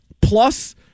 plus